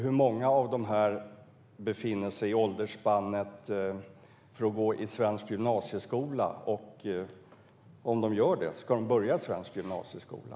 Hur många av dem befinner sig i gymnasieåldern? Ska de i så fall börja i svensk gymnasieskola?